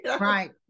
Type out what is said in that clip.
Right